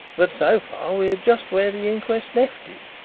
but so far we are just where the inquest left it,